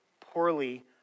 poorly